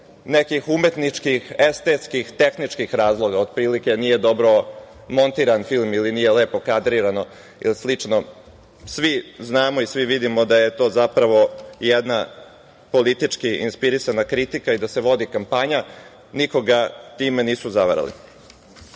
nekih umetničkih, estetskih, tehničkih razloga, otprilike nije dobro montiran film ili nije lepo kadrirano i slično. Svi znamo i svi vidimo da je to zapravo jedna politički inspirisana kritika i da se vodi kampanja, nikoga time nisu zavarali.Međutim,